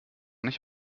nicht